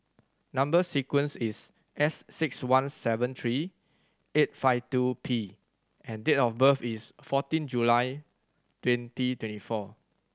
number sequence is S six one seven three eight five two P and date of birth is fourteen July twenty twenty four